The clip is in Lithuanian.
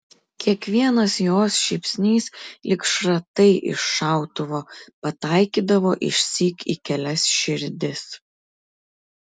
kiekvienas jos šypsnys lyg šratai iš šautuvo pataikydavo išsyk į kelias širdis